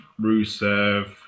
Rusev